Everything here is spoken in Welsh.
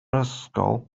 ysgol